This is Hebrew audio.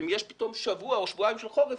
אם יש פתאום שבוע או שבועיים של חורף,